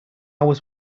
was